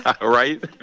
right